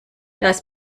das